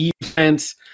defense